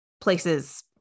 places